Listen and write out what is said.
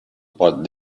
what